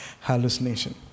hallucination